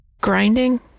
grinding